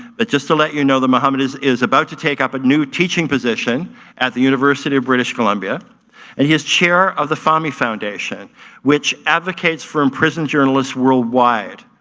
but just to let you know mohamed is is about to take up a new teaching position at the university of british columbia and he's chair of the fahmy foundation which advocates for imprisoned journalist worldwide.